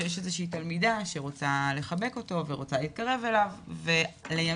שיש איזו שהיא תלמידה שרוצה לחבק אותו ורוצה להתקרב אליו ולימים,